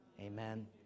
Amen